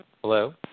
Hello